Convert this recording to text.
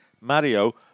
Mario